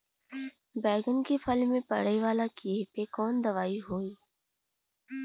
बैगन के फल में पड़े वाला कियेपे कवन दवाई होई?